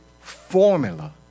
formula